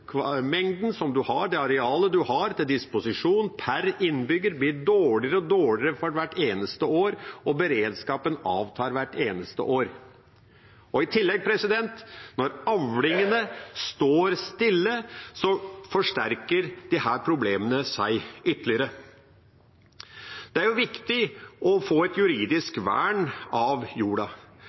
som en har, det arealet en har til disposisjon per innbygger, blir dårligere og dårligere for hvert eneste år. Beredskapen avtar hvert eneste år. Og i tillegg: Når avlingene står stille, forsterker disse problemene seg ytterligere. Det er viktig å få et juridisk vern av jorda.